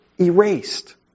erased